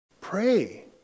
Pray